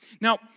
Now